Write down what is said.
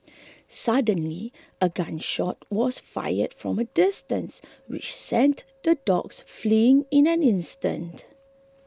suddenly a gun shot was fired from a distance which sent the dogs fleeing in an instant